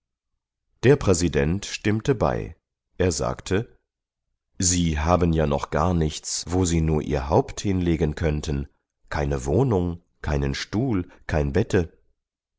der präsident stimmte bei er sagte sie haben ja noch gar nichts wo sie nur ihr haupt hinlegen könnten keine wohnung keinen stuhl kein bette